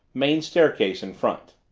main staircase in front.